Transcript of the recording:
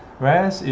Whereas